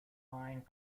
line